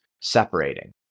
separating